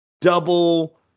double